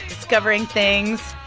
discovering things.